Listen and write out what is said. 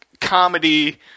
comedy